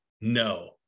no